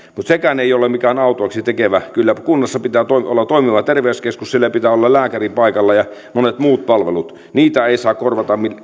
mutta sekään ei ole mikään autuaaksi tekevä kyllä kunnassa pitää olla toimiva terveyskeskus siellä pitää olla lääkäri paikalla ja monet muut palvelut niitä ei saa